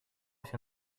się